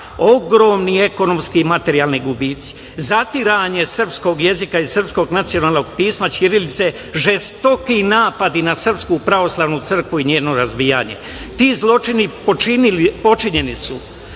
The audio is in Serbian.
ogromni ekonomski i materijalni gubici, zatiranje srpskog jezika i srpskog nacionalnog pisma – ćirilice, žestoki napadi na Srpsku pravoslavnu crkvu i njeno razbijanje. Ti zločini počinjeni su